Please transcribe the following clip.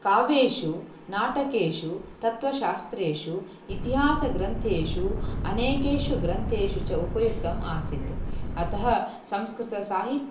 काव्येषु नाटकेषु तत्त्वशास्त्रेषु इतिहासग्रन्थेषु अनेकेषु ग्रन्थेषु च उपयुक्तम् आसीत् अतः संस्कृतसाहित्यं